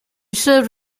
served